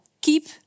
keep